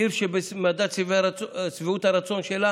העיר שבמדד שביעות הרצון שלה